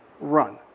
run